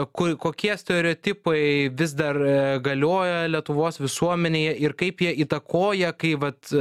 kui kokie stereotipai vis dar galioja lietuvos visuomenėje ir kaip jie įtakoja kai vat